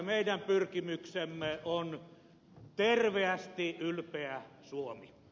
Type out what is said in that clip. meidän pyrkimyksemme on terveesti ylpeä suomi